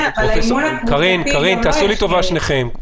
אבל גם לאימון הקבוצתי יש ערך.